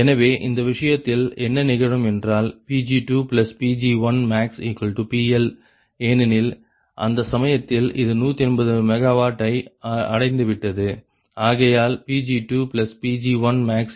எனவே இந்த விஷயத்தில் என்ன நிகழும் என்றால் Pg2Pg1maxPL ஏனெனில் அந்த சமயத்தில் இது 180 MW ஐ அடைந்துவிட்டது ஆகையால் Pg2 Pg1maxPL ஆகும்